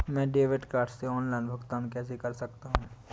मैं debit card से online भुगतान कैसे कर सकता हूँ?